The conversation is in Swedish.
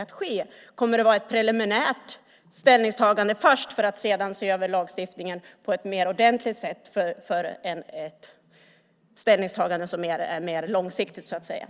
Kommer det att vara ett preliminärt ställningstagande först för att man sedan ska se över lagstiftningen på ett mer ordentligt sätt för ett mer långsiktigt ställningstagande?